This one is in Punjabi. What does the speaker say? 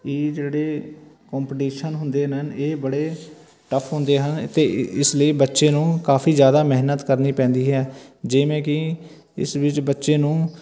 ਇਹ ਜਿਹੜੇ ਕੋਂਪੀਟੀਸ਼ਨ ਹੁੰਦੇ ਹਨ ਇਹ ਬੜੇ ਟਫ ਹੁੰਦੇ ਹਨ ਅਤੇ ਇ ਇਸ ਲਈ ਬੱਚੇ ਨੂੰ ਕਾਫੀ ਜ਼ਿਆਦਾ ਮਿਹਨਤ ਕਰਨੀ ਪੈਂਦੀ ਹੈ ਜਿਵੇਂ ਕਿ ਇਸ ਵਿੱਚ ਬੱਚੇ ਨੂੰ